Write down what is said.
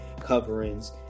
coverings